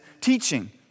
teaching